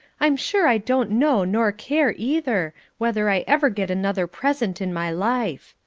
i'm sure i don't know nor care either, whether i ever get another present in my life.